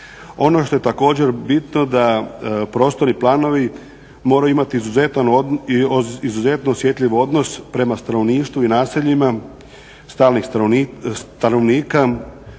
Ono što je također bitno da prostorni planovi moraju imati izuzetno osjetljiv odnos prema stanovništvu i naseljima stalnih stanovnika